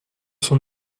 son